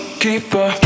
keeper